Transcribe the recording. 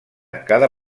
cada